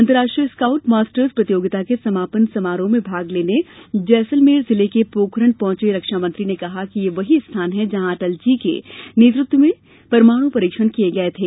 अंतर्राष्ट्रीय scout masters प्रतियोगिता के समापन समारोह में भाग लेने जैसलमेर जिले के पोखरण पहुंचे रक्षा मंत्री ने कहा कि यही वह स्थान है जहां अटलजी के नेतृत्व में परमाणु परीक्षण किये गये थे